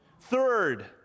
Third